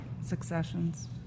successions